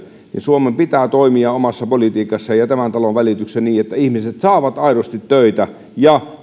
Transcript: suomen pitää toimia omassa politiikassaan ja tämän talon välityksellä niin että ihmiset saavat aidosti töitä ja